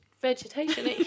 vegetation